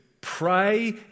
pray